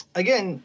again